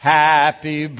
happy